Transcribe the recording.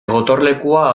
gotorlekua